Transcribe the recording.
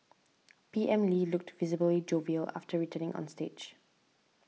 P M Lee looked visibly jovial after returning on stage